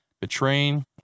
betraying